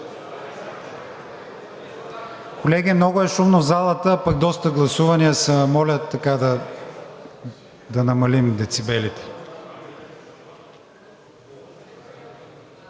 Колеги, много шумно е в залата, а пък доста гласувания има. Моля – така да намалим децибелите!